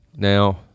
Now